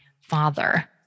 father